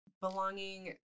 belonging